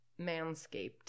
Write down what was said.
manscaped